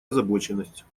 озабоченность